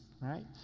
right